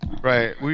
Right